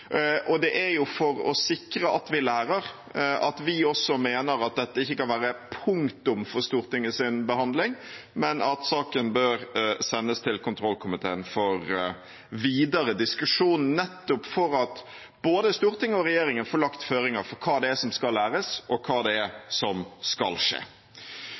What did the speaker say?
god. Det er jo for å sikre at vi lærer, at vi også mener at dette ikke kan være punktum for Stortingets behandling, men at saken bør sendes til kontrollkomiteen for videre diskusjon, nettopp for at både Stortinget og regjeringen får lagt føringer for hva det er som skal læres, og hva det er som skal skje.